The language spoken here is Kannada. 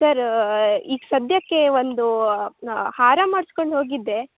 ಸರ್ ಈಗ ಸಧ್ಯಕ್ಕೆ ಒಂದು ಹಾರ ಮಾಡಿಸ್ಕೊಂಡ್ ಹೋಗಿದ್ದೆ